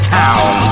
town